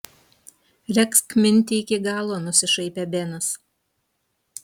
regzk mintį iki galo nusišaipė benas